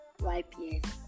YPS